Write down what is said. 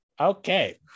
Okay